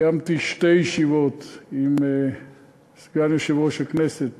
קיימתי שתי ישיבות עם סגן יושב-ראש הכנסת,